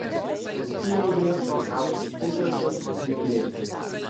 ant įrenginio puikavosi užrašas vingriai